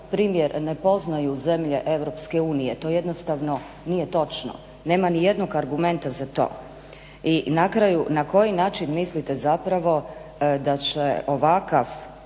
primjer ne poznaju zemlje Europske unije, to jednostavno nije točno. Nema nijednog argumenta za to. I na kraju, na koji način mislite zapravo da će ovakav